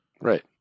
Right